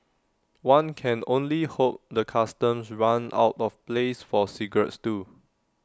one can only hope the Customs runs out of place for cigarettes too